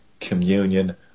communion